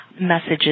messages